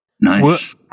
Nice